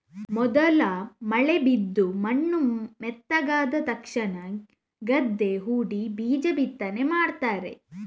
ಮೊದಲ ಮಳೆ ಬಿದ್ದು ಮಣ್ಣು ಮೆತ್ತಗಾದ ತಕ್ಷಣ ಗದ್ದೆ ಹೂಡಿ ಬೀಜ ಬಿತ್ತನೆ ಮಾಡ್ತಾರೆ